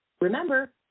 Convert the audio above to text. Remember